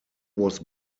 was